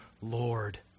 Lord